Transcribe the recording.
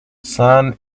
sun